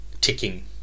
Ticking